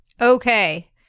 Okay